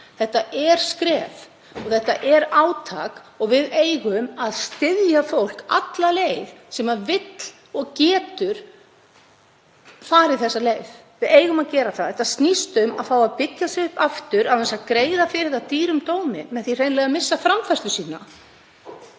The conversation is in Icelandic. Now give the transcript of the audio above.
þetta skref, sé þetta átak. Við eigum að styðja fólk alla leið sem vill og getur farið þessa leið. Við eigum að gera það. Þetta snýst um að fá að byggja sig upp aftur án þess að greiða fyrir það dýrum dómi með því hreinlega að missa framfærslu sína